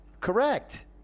Correct